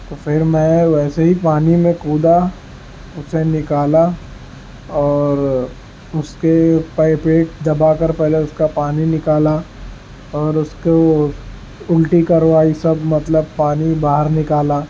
تو پھر میں ویسے ہی پانی میں کودا اسے نکالا اور اس کے پے پیٹ دبا کر پہلے اس کا پانی نکالا اور اس کو الٹی کروائی سب مطلب پانی باہر نکالا